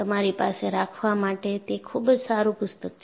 તમારી પાસે રાખવા માટે તે ખૂબ સારું પુસ્તક છે